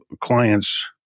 clients